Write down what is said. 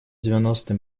девяносто